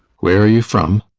where are you from?